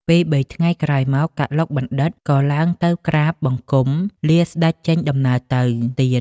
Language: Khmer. ពីរបីថ្ងៃក្រោយមក កឡុកបណ្ឌិត ក៏ឡើងទៅក្រាបបង្គំលាស្តេចចេញដំណើរទៅទៀត ។